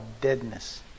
deadness